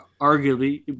arguably